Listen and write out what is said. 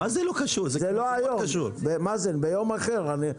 לא היום, ביום אחר.